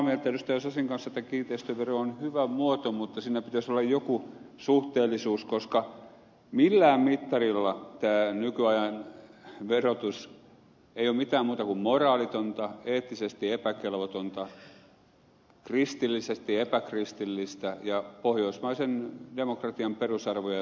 sasin kanssa että kiinteistövero on hyvä muoto mutta siinä pitäisi olla joku suhteellisuus koska millään mittarilla tämä nykyajan verotus ei ole mitään muuta kuin moraalitonta eettisesti epäkelvotonta kristillisesti epäkristillistä ja pohjoismaisen demokratian perusarvoja syövä